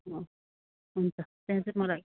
हुन्छ त्यहाँदेखि चाहिँ मलाई